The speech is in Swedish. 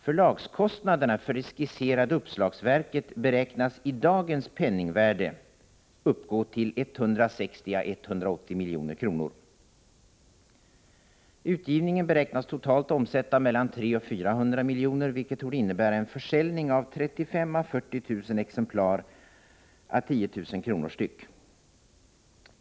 Förlagskostnaderna för det skisserade uppslagsverket beräknas i dagens penningvärde uppgå till 160 å 180 milj.kr. Utgivningen beräknas totalt omsätta mellan 300 och 400 milj.kr., vilket torde innebära en försäljning av 35 000-40 000 exemplar å 10 000 kr.